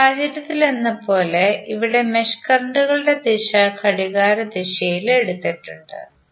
ഈ സാഹചര്യത്തിലെന്നപോലെ ഇവിടെ മെഷ് കറന്റുകളുടെ ദിശ ഘടികാരദിശയിൽ എടുത്തിട്ടുണ്ട്